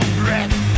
breath